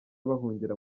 bahungira